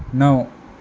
णव